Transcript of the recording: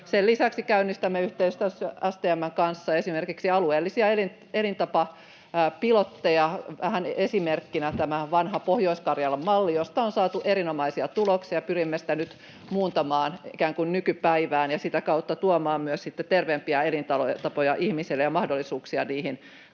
Sen lisäksi käynnistämme yhteistyössä STM:n kanssa esimerkiksi alueellisia elintapapilotteja, vähän esimerkkinä tämä vanha Pohjois-Karjalan malli, josta on saatu erinomaisia tuloksia. Pyrimme sitä nyt muuntamaan ikään kuin nykypäivään ja sitä kautta tuomaan myös sitten terveempiä elintapoja ihmisille ja mahdollisuuksia niihin